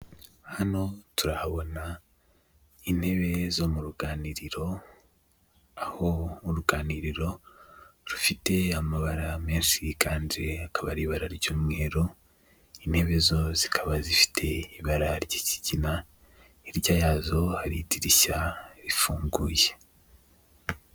Hano turahabona intebe zo mu ruganiriro, aho uruganiriro rufite amabara menshi kandi hakaba ari ibara ry'umweru, intebe zo zikaba zifite ibara ry'ikigina, hirya yazo hari idirishya rifunguye.